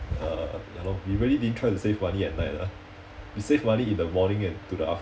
uh ya lor we really didn't try to save money at night lah we save money in the morning and to the